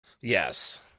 Yes